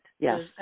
Yes